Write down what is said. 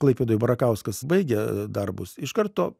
klaipėdoje barakauskas baigė darbus iš karto